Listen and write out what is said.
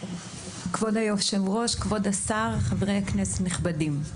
כבוד היושב ראש, כבוד השר וחברי הכנסת הנכבדים.